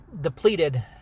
depleted